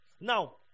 now